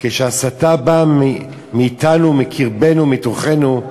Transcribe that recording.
שכשההסתה באה מאתנו, מקרבנו, מתוכנו,